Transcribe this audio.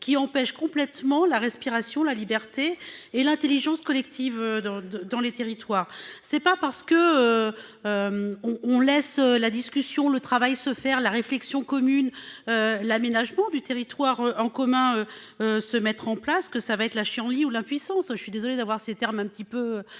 qui empêche complètement la respiration, la liberté et l'Intelligence collective dans dans les territoires. C'est pas parce que. On on laisse la discussion, le travail se faire la réflexion commune. L'aménagement du territoire en commun. Se mettre en place, que ça va être la chienlit ou l'impuissance. Je suis désolé d'avoir ces termes un petit peu